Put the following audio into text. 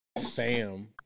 fam